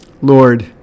Lord